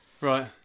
Right